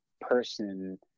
person